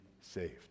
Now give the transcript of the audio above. saved